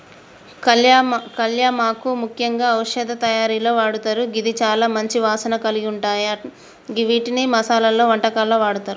కళ్యామాకు ముఖ్యంగా ఔషధ తయారీలో వాడతారు గిది చాల మంచి వాసన కలిగుంటాయ గివ్విటిని మసాలలో, వంటకాల్లో వాడతారు